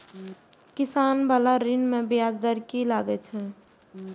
किसान बाला ऋण में ब्याज दर कि लागै छै?